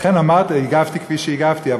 לכן הגבתי כפי שהגבתי.